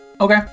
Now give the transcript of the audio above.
Okay